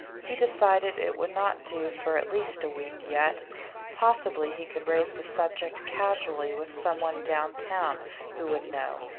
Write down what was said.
he decided it would not do for at least a week yet possibly he could raise the subject casually with someone down town who would know,